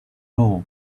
bull